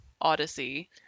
odyssey